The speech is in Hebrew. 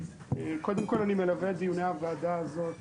קודם כל, אני מלווה את דיוני הוועדה הזאת